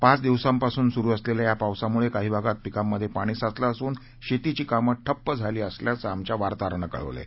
पाच दिवसांपासून सुरु असलेल्या या पावसामुळे काही भागात पिकांमध्ये पाणी साचलं असून शेतीची कामे ठप्प झाली असल्याचं आमच्या वार्ताहरानं कळवलं आहे